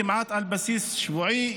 כמעט על בסיס שבועי,